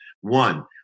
One